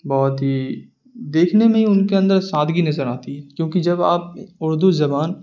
بہت ہی دیکھنے میں ہی ان کے اندر سادگی نظر آتی ہے کیوںکہ جب آپ اردو زبان